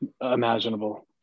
imaginable